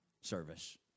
service